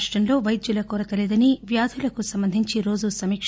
రాష్టంలో వైద్యుల కొరత లేదని వ్యాధులకు సంబంధించి ప్రతిరోజు సమీక